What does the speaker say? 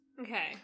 Okay